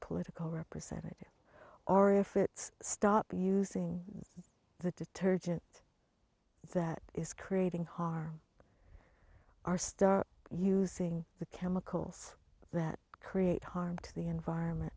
political representative or if it's stop using the detergent that is creating harm are star using the chemicals that create harm to the environment